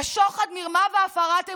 בשוחד, מרמה והפרת אמונים,